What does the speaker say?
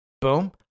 Boom